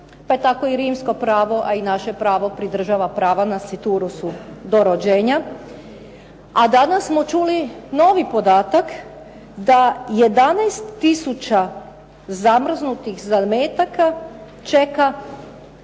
pa je tako i Rimsko pravo tako i naše pravo pridržava prava na … do rođenja. A danas smo čuli novi podatak da 11 tisuća zamrznutih zametaka, čeka,